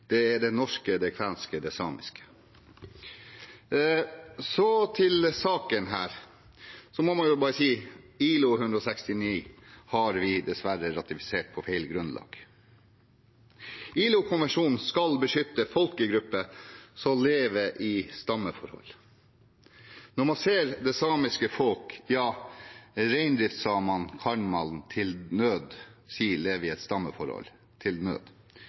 Det er det norske, det kvenske og det samiske. Så til saken: Man må bare si at vi dessverre har ratifisert ILO-konvensjon nr. 169 på feil grunnlag. ILO-konvensjonen skal beskytte folkegrupper som lever i stammeforhold. Når man ser på det samiske folk, ja, da kan man til nød si at reindriftssamene lever i et stammeforhold – til nød.